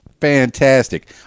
Fantastic